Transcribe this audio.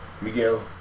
miguel